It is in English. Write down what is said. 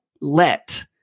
let